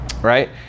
right